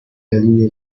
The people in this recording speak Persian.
دلیل